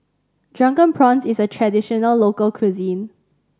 Drunken Prawns is a traditional local cuisine